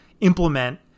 implement